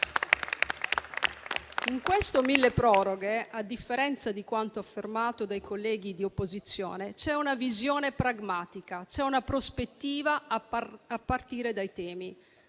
in esame, a differenza di quanto affermato dai colleghi di opposizione, c'è una visione pragmatica, c'è una prospettiva a partire dai temi.